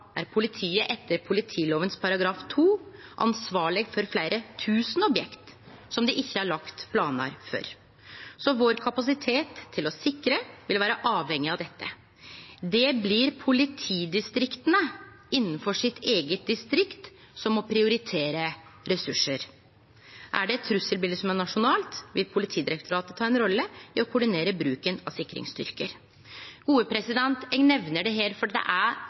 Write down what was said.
er politiet etter politiloven § 2 ansvarlig for flere tusen objekt som det ikke er lagt planer for. Så vår kapasitet til å sikre vil være avhengig av dette. Det blir politidistriktene innenfor sitt eget distrikt som må prioritere sine ressurser. Er det et trusselbilde som er nasjonalt, vil Politidirektoratet ta en rolle i å koordinere bruken av sikringsstyrker.» Eg nemner dette her, fordi det er